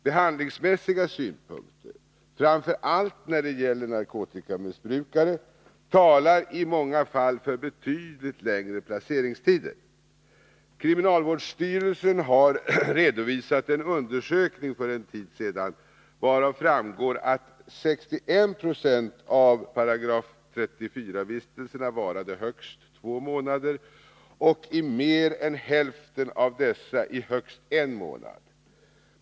Behandlingsmässiga synpunkter — framför allt när det gäller narkotikamissbrukare — talar i många fall för betydligt längre placeringstider. Kriminalvårdsstyrelsen har för en tid sedan redovisat en undersökning, varav det framgår att 61 96 av 34 §-vistelserna varade högst två månader och mer än hälften av dessa i högst en månad.